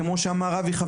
כמו שאמר אבי,